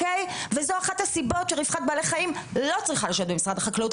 זו אחת הסיבות שרווחת בעלי חיים לא צריכה לשבת במשרד החקלאות,